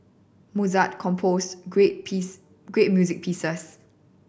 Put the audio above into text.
Mozart composed great piece great music pieces